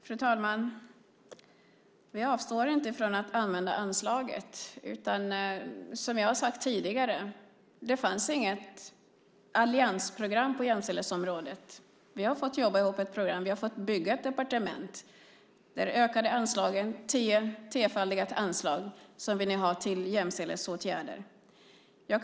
Fru talman! Vi avstår inte från att använda anslaget. Som jag har sagt tidigare fanns det inget alliansprogram på jämställdhetsområdet. Vi har fått jobba ihop ett program. Vi har fått bygga ett departement. Där ökade anslagen till jämställdhetsåtgärder tiofalt.